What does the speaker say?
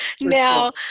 Now